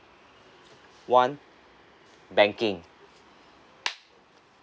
one banking